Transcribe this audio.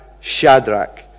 Shadrach